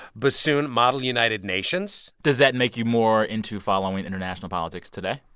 bassoon, model united nations does that make you more into following international politics today?